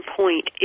point